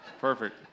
Perfect